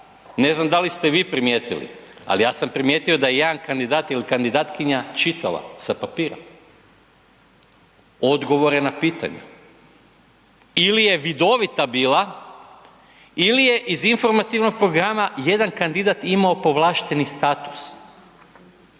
ne znam da li ste vi primijetili, ali ja sam primijetio da jedan kandidat ili kandidatkinja čitala sa papira odgovore na pitanja ili je vidovita bila ili je iz informativnog programa jedan kandidat imao povlašteni status.